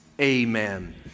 Amen